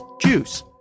juice